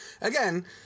again